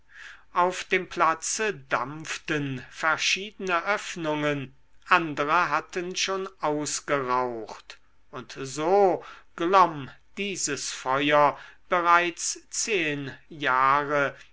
auf dem platze dampften verschiedene öffnungen andere hatten schon ausgeraucht und so glomm dieses feuer bereits zehen jahre